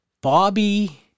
Bobby